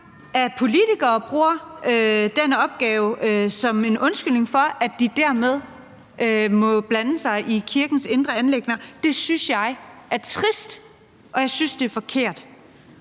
at politikere bruger den opgave som en undskyldning for at blande sig i kirkens indre anliggender. Det synes jeg er trist, og jeg synes, det er forkert.